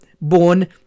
born